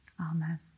Amen